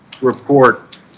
report